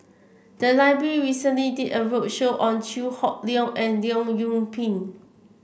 the library recently did a roadshow on Chew Hock Leong and Leong Yoon Pin